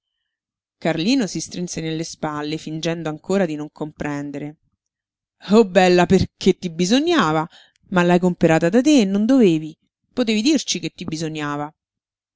carlino si strinse nelle spalle fingendo ancora di non comprendere oh bella perché ti bisognava ma l'hai comperata da te e non dovevi potevi dirci che ti bisognava